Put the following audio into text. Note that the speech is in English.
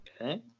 Okay